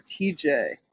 TJ